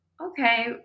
okay